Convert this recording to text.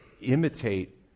imitate